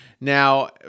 Now